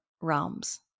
realms